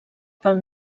pel